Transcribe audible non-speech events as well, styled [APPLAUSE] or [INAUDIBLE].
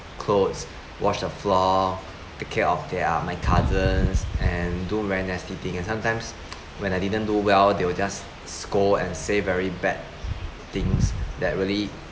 clothes washed the floor take care of their my cousins and do very nasty thing and sometimes [NOISE] when I didn't do well they will just scold and say very bad things that really